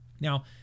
now